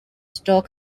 store